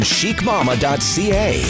ChicMama.ca